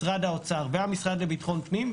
משרד האוצר והמשרד לביטחון פנים,